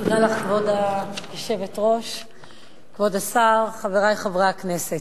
תודה לך, כבוד השר, חברי חברי הכנסת,